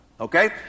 okay